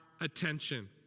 attention